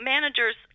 Managers